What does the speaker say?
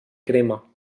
crema